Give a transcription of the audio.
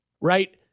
right